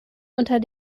unter